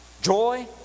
joy